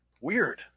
Weird